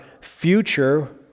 future